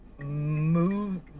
move